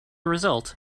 result